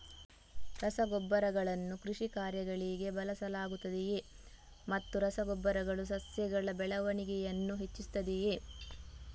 ರಸಗೊಬ್ಬರಗಳನ್ನು ಕೃಷಿ ಕಾರ್ಯಗಳಿಗೆ ಬಳಸಲಾಗುತ್ತದೆಯೇ ಮತ್ತು ರಸ ಗೊಬ್ಬರಗಳು ಸಸ್ಯಗಳ ಬೆಳವಣಿಗೆಯನ್ನು ಹೆಚ್ಚಿಸುತ್ತದೆಯೇ?